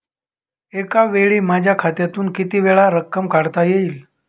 एकावेळी माझ्या खात्यातून कितीवेळा रक्कम काढता येईल?